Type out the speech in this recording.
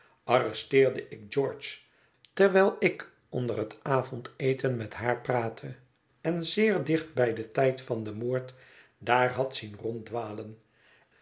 ik george dewijl men hem op den avond en zeer dicht bij den tijd van den moord daar had zien